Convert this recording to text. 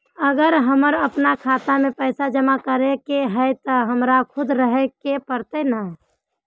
अगर हमर अपना खाता में पैसा जमा करे के है ते हमरा खुद रहे पड़ते ने?